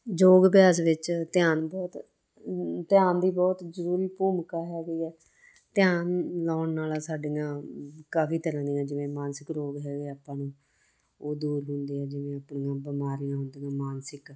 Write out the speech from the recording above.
ਯੋਗ ਅਭਿਆਸ ਵਿੱਚ ਧਿਆਨ ਬਹੁਤ ਧਿਆਨ ਦੀ ਬਹੁਤ ਜ਼ਰੂਰੀ ਭੂਮਿਕਾ ਹੈਗੀ ਹੈ ਧਿਆਨ ਲਾਉਣ ਨਾਲ ਸਾਡੀਆਂ ਕਾਫੀ ਤਰ੍ਹਾਂ ਦੀਆਂ ਜਿਵੇਂ ਮਾਨਸਿਕ ਰੋਗ ਹੈਗੇ ਆਪਾਂ ਨੂੰ ਉਹ ਦੂਰ ਹੁੰਦੇ ਆ ਜਿਵੇਂ ਆਪਣਾ ਬਿਮਾਰੀਆਂ ਹੁੰਦੀਆਂ ਮਾਨਸਿਕ